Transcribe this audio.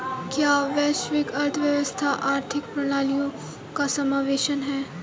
क्या वैश्विक अर्थव्यवस्था आर्थिक प्रणालियों का समावेशन है?